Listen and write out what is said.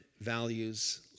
values